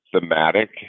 thematic